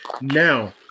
Now